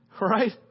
Right